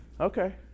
Okay